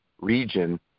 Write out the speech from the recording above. region